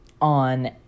on